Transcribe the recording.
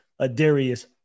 Adarius